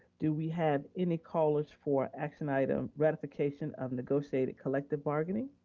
do we have any callers for action item, ratification of negotiated collective bargaining?